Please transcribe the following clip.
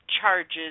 charges